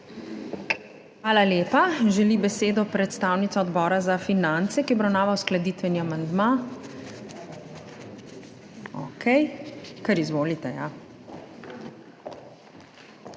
Hvala lepa. Želi besedo predstavnica Odbora za finance, ki obravnava uskladitveni amandma? Okej. Kar izvolite.